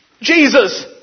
Jesus